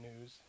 news